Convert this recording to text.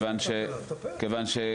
כיוון,